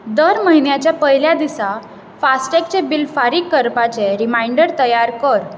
दर म्हयन्याच्या पयल्या दिसा फास्टॅगचें बिल फारीक करपाचें रिमांयडर तयार कर